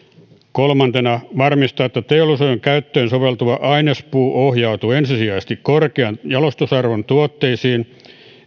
kolmas varmistaa että teollisuuden käyttöön soveltuva ainespuu ohjautuu ensisijaisesti korkean jalostusarvon tuotteisiin